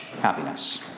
happiness